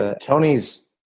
Tony's